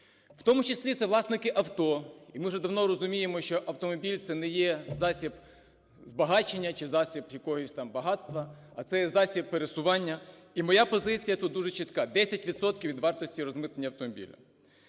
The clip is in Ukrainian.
В тому числі це власники авто, і ми вже давно розуміємо, що автомобіль – це не є засіб збагачення чи засіб якогось там багатства, а це є засіб пересування. І моя позиція тут дуже чітка: 10 відсотків від вартості розмитнення автомобіля.